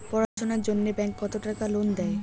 পড়াশুনার জন্যে ব্যাংক কত টাকা লোন দেয়?